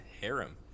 harem